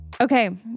Okay